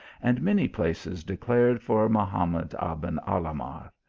and many places declared for mahamad aben alah mar.